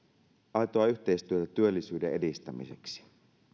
aitoa yhteistyötä työllisyyden edistämiseksi